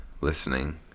listening